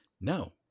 No